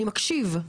אני מקשיב,